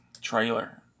trailer